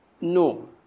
no